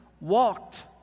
walked